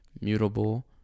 mutable